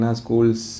schools